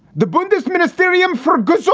the buddhist mysterium for good, so